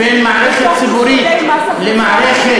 בין מערכת ציבורית למערכת